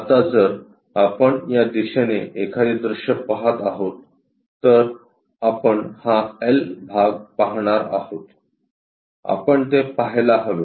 आता जर आपण या दिशेने एखादे दृश्य पहात आहोत तर आपण हा एल भाग पाहणार आहोत आपण ते पहायला हवे